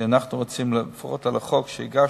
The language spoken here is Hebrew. לפחות על החוק שהגשת.